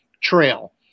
trail